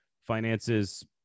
finances